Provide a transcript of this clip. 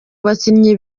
bakinyi